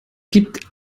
gibt